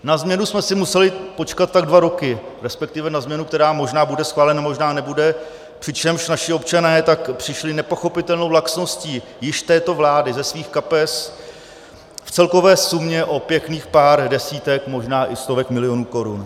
Na změnu jsme si museli počkat dva roky, respektive na změnu, která možná bude schválena, možná nebude, přičemž naši občané tak přišli nepochopitelnou laxností již této vlády ze svých kapes v celkové sumě o pěkných pár desítek, možná i stovek milionů korun.